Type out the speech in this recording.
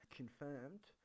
confirmed